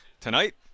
Tonight